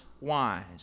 wise